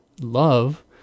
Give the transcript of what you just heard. love